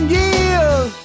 years